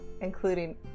Including